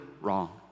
wrong